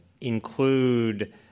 include